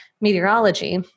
meteorology